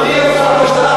אדוני שר האוצר,